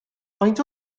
faint